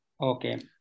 Okay